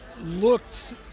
Looked